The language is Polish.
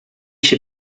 się